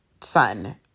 son